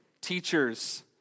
teachers